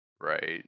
right